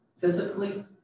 physically